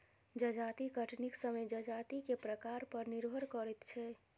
जजाति कटनीक समय जजाति के प्रकार पर निर्भर करैत छै